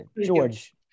george